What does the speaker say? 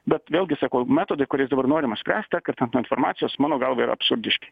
bet vėlgi sakau metodai kuriais dabar norima spręsti atkertant nuo informacijos mano galva yra absurdiški